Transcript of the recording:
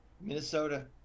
Minnesota